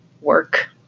work